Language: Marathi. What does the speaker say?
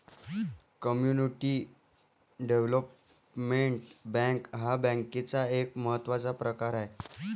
कम्युनिटी डेव्हलपमेंट बँक हा बँकेचा एक महत्त्वाचा प्रकार आहे